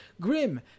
Grim